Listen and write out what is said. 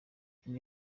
indi